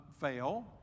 fail